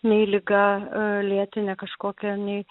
nei liga lėtinė kažkokia nei